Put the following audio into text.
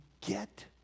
get